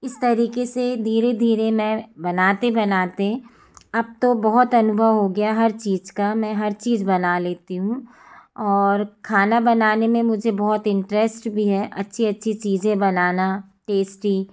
इस तरीक़े से धीरे धीरे मैं बनाते बनाते अब तो बहुत अनुभव हो गया हर चीज़ का मैं हर चीज़ बना लेती हूँ और खाना बनाने में मुझे बहुत इंटरेस्ट भी है अच्छी अच्छी चीज़ें बनाना टेस्टी